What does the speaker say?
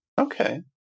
Okay